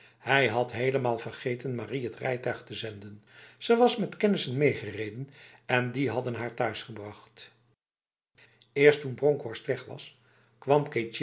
hij had helemaal vergeten marie het rijtuig te zenden ze was met kennissen meegereden en die hadden haar thuisgebracht eerst toen bronkhorst weg was kwam